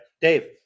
Dave